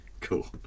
cool